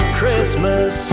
Christmas